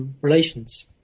relations